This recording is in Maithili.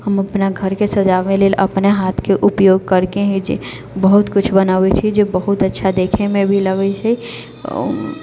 हम अपना घरके सजाबै लेल अपने हाथके उपयोग करके ही बहुत कुछ बनाबै छी जे बहुत अच्छा देखैमे भी लगै छै